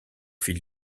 fil